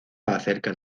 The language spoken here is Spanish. acerca